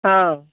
ହଁ